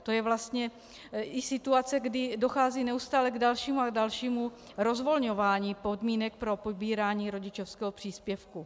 To je vlastně i situace, kdy dochází neustále k dalšímu a dalšímu rozvolňování podmínek pro pobírání rodičovského příspěvku.